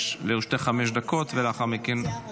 לרשותך חמש דקות, ולאחר מכן -- אני מציעה ראשית.